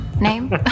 Name